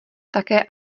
také